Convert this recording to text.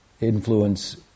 influence